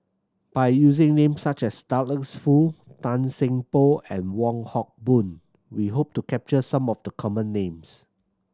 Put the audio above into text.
by using names such as Douglas Foo Tan Seng Poh and Wong Hock Boon we hope to capture some of the common names